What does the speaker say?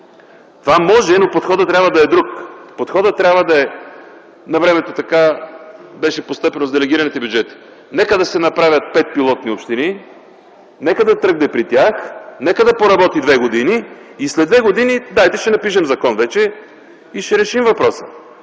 Това може, но подходът трябва да е друг! Навремето така беше постъпено с делегираните бюджети. Нека да се направят пет пилотни общини, нека да тръгне при тях, да поработи две години и след две години дайте, ще напишем закон и ще решим въпроса.